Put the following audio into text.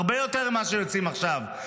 הרבה יותר ממה שיוצאים עכשיו,